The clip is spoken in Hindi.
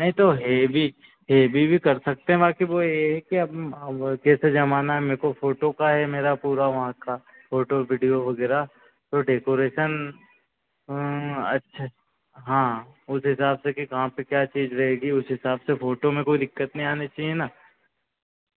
नहीं तो हेवी हेवी भी कर सकते हैं बाकी वो ये है कि अब कैसे जमाना है मेको फ़ोटो का है मेरा पूरा वहाँ का फ़ोटो विडियो वगैरह तो डेकोरेसन अच्छा हाँ उस हिसाब से कि कहाँ पे क्या चीज रहेगी उस हिसाब से फ़ोटो में कोई दिक्कत नहीं आनी चाहिए ना